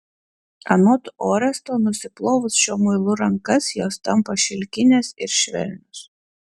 anot oresto nusiplovus šiuo muilu rankas jos tampa šilkinės ir švelnios